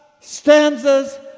stanzas